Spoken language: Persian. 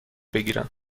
بگیرم